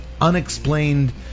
unexplained